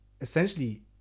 essentially